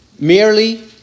Merely